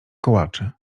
kołaczy